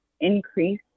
increase